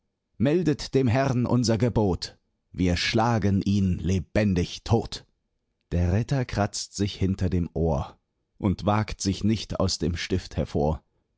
meldet dem herrn unser gebot wir schlagen ihn lebendig tot der ritter kratzt sich hinter dem ohr und wagt sich nicht aus dem stift hervor